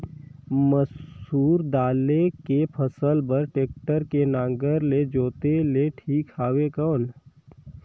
मसूर बदले के फसल बार टेक्टर के नागर ले जोते ले ठीक हवय कौन?